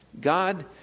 God